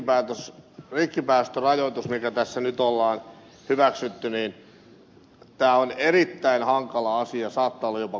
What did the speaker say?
tämä rikkipäästörajoitus mikä tässä nyt on hyväksytty on erittäin hankala asia saattaa olla jopa kohtalokas